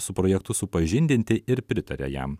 su projektu supažindinti ir pritarė jam